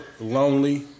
lonely